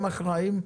הם אחראיים,